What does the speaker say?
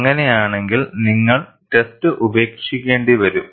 അങ്ങനെയാണെങ്കിൽ നിങ്ങൾ ടെസ്റ്റ് ഉപേക്ഷിക്കേണ്ടിവരും